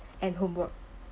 and homework